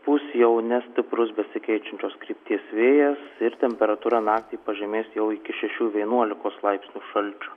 pūs jau nestiprus besikeičiančios krypties vėjas ir temperatūra naktį pažemės jau iki šešių vienuolikos laipsnių šalčio